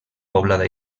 poblada